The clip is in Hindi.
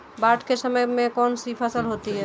बाढ़ के समय में कौन सी फसल होती है?